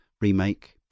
remake